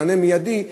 מענה מיידי,